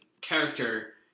character